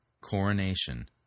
coronation